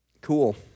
Cool